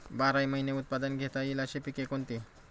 बाराही महिने उत्पादन घेता येईल अशी पिके कोणती?